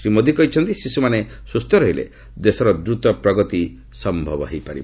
ଶ୍ରୀ ମୋଦି କହିଛନ୍ତି ଶିଶୁମାନେ ସୁସ୍ଥ ରହିଲେ ଦେଶର ଦତ ପ୍ରଗତି ସମ୍ଭବ ହୋଇପାରିବ